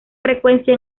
frecuencia